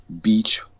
beach